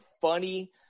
funny